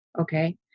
okay